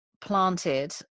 planted